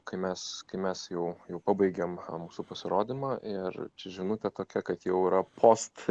kai mes kai mes jau jau pabaigėm mūsų pasirodymą ir čia žinutė tokia kad jau yra post